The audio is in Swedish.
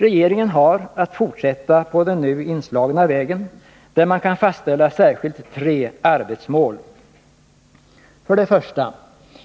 Regeringen har att fortsätta på den nu inslagna vägen, där man kan fastställa särskilt tre arbetsmål. För det första: